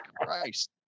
Christ